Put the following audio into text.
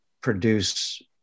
produce